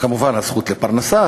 כמובן הזכות לפרנסה,